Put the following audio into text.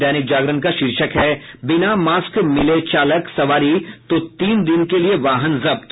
दैनिग जागरण का शीर्षक है बिना मास्क मिले चालक सवारी तो तीन दिन के लिये वाहन जब्त